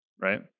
right